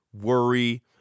worry